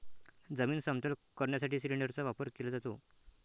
जमीन समतल करण्यासाठी सिलिंडरचा वापर केला जातो